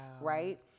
right